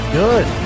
good